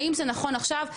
האם זה נכון עכשיו?